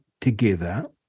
together